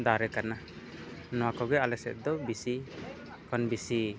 ᱫᱟᱨᱮ ᱠᱟᱱᱟ ᱱᱚᱣᱟ ᱠᱚᱜᱮ ᱟᱞᱮᱥᱮᱫ ᱫᱚ ᱵᱮᱥᱤ ᱠᱷᱚᱱ ᱵᱮᱥᱤ